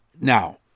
now